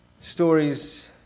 stories